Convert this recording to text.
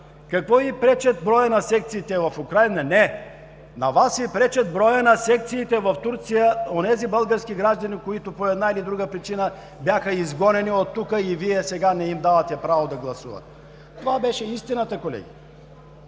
какво Ви пречи броят на секциите в Украйна? Не, на Вас Ви пречи броят на секциите в Турция, онези български граждани, които по една или друга причина бяха изгонени оттук и Вие сега не им давате право да гласуват. Това беше истината, колеги.